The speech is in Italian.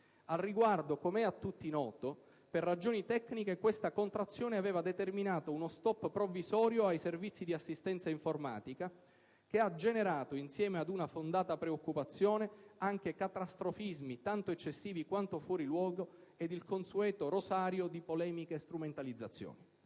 Al riguardo, come è a tutti noto, per ragioni tecniche questa contrazione aveva determinato uno *stop* provvisorio ai servizi di assistenza informatica, che ha generato, insieme ad una fondata preoccupazione, anche catastrofismi tanto eccessivi quanto fuori luogo ed il consueto rosario di polemiche e strumentalizzazioni.